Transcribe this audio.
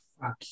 Fuck